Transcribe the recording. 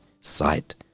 Sight